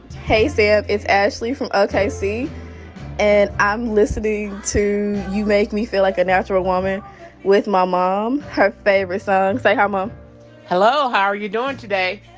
hey, sam. it's ashley from okc. and i'm listening to you make me feel like a natural woman with my mom, her favorite song. say hi, mom hello. how are you doing today?